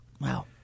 Wow